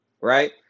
Right